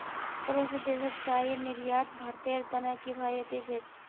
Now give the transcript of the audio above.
पड़ोसी देशत चाईर निर्यात भारतेर त न किफायती छेक